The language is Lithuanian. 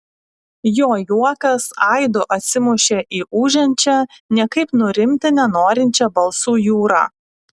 jo juokas aidu atsimušė į ūžiančią niekaip nurimti nenorinčią balsų jūrą